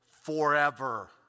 forever